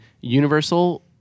Universal